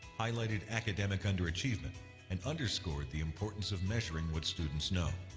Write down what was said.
highlighted academic underachievement and underscored the importance of measuring what students know.